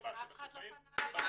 אף אחד לא פנה לוועדה.